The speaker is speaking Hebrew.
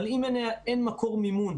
אבל אם אין מקור מימון,